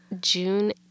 June